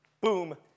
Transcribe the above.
boom